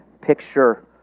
picture